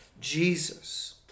Jesus